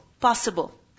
possible